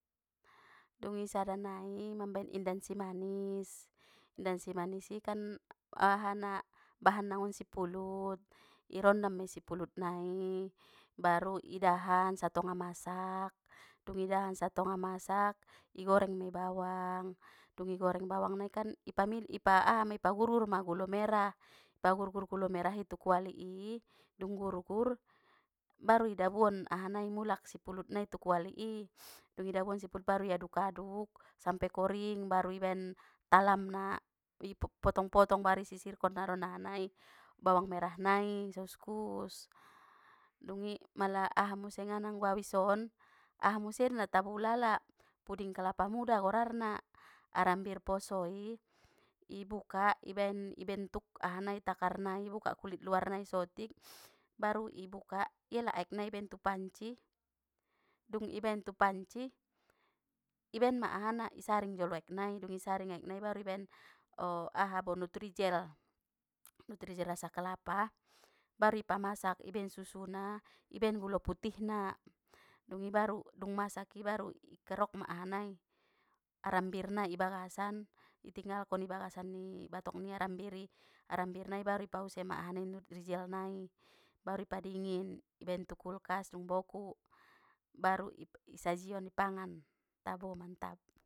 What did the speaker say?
Dungi sada nai mambaen indan simanis, indan simanis kan ahana bahan na nggon sipulut, i rondam mei sipulut nai, baru idahan satonga masak, dung idahan satonga masak, i goreng mei bawang, dung i goreng bawang nai kan, i pami- i pa aha mei pagur gur ma gulo merah, pagur gur gulo merah i tu kuali i, dung gur gur, baru idabuon mulak ahanai sipulut nai tu kuali i, dung idabuan sipulut nai baru iaduk aduk sampai koering, baru ibaen talamna, i potong potong baru i sisirkon naron aha nai, bawang merah nai so uskus, dungi mala aha musengan anggo abis on aha muse na tabo ulala, puding kalapa muda goarna, arambir posoi, ibuka i ben i bentuk aha nai takarnai i buka kulit luar nai so tik, baru ibuka iela aek nai ibaen tu panci, dung ibaen tu panci, ibaen ma ahana isaring jolo aek nai, dung i saring aek nai baru ibaen aha bo nutri jel, nutri jel rasa kelapa, baru ipamasak ibaen susuna, i baen gulo putihna, dungi baru dung masak i baru i kerok ma aha nai, arambir nai i bagasan, i tingalkon ibagasan ni batok ni arambir i, arambir nai baru i pause ma aha nai nurti jel nai, baru i padingin i baen tu kulkas dung boku, baru i sajion i pangan, tabo mantab!.